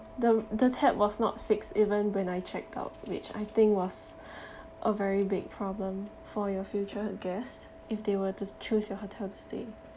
the the tap was not fixed even when I check out which I think was a very big problem for your future guest if they were to choose your hotel to stay